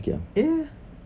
ya ya